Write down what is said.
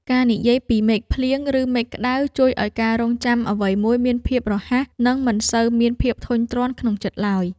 ការនិយាយពីមេឃភ្លៀងឬមេឃក្តៅជួយឱ្យការរង់ចាំអ្វីមួយមានភាពរហ័ស និងមិនសូវមានភាពធុញទ្រាន់ក្នុងចិត្តឡើយ។